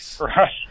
Right